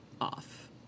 off